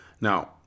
Now